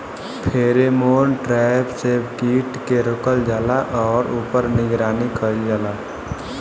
Pheromone trap से कीट के रोकल जाला और ऊपर निगरानी कइल जाला?